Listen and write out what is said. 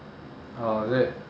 oh is it